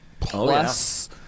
plus –